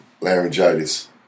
laryngitis